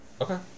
Okay